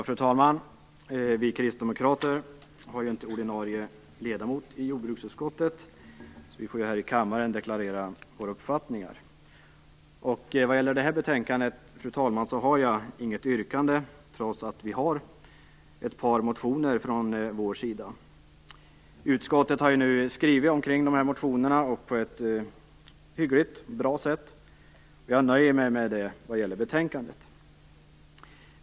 Fru talman! Vi kristdemokrater har inte någon ordinarie ledamot i jordbruksutskottet, så vi får här i kammaren deklarera våra uppfattningar. Vad gäller det här betänkandet, fru talman, har jag inget yrkande, trots att vi har väckt ett par motioner. Utskottet har ju nu skrivit om dessa motioner på ett hyggligt och bra sätt, och jag nöjer mig med det vad gäller betänkandet.